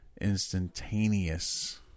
Instantaneous